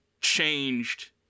changed